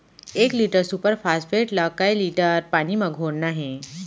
एक litre superphosphate ला कए लीटर पानी मा घोरना हे?